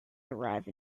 arrive